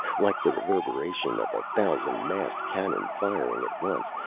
like the reverberation of a thousand massed cannon firing at once,